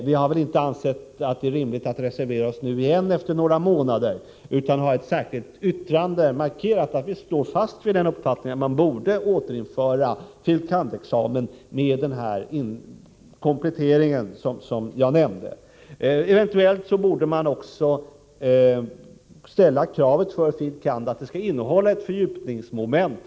Vi har inte ansett att det är rimligt att vi skulle reservera oss nu igen, efter några månader, utan vi har i ett särskilt yttrande markerat att vi står fast vid uppfattningen, att man borde återinföra begreppet fil. kand.-examen, med en sådan här komplettering som jag nämnde. Eventuellt borde man också ställa kravet att denna fil. kand.-examen skall gälla ett fördjupningsmoment.